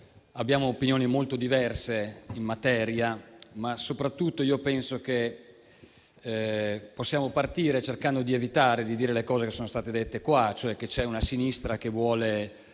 Abbiamo opinioni molto diverse in materia, ma soprattutto penso che possiamo partire cercando di evitare di dire le cose che sono state già dette in questa sede, cioè che c'è una sinistra che vuole